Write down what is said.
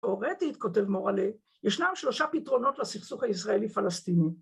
‫תיאורטית, כותב מורלה, ‫ישנם שלושה פתרונות ‫לסכסוך הישראלי-פלסטיני.